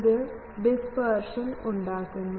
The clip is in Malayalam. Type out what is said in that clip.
ഇത് ഡിസ്പർഷൻ ഉണ്ടാക്കുന്നു